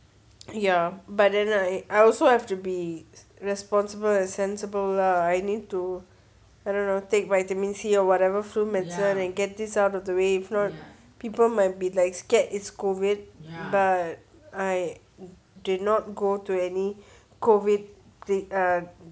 ya but then I I also have to be responsible and sensible lah I need to I don't know take vitamin C or whatever flu medicine and get this out of the way if not people might be like scared it's COVID but I did not go to any COVID err